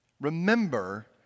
Remember